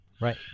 Right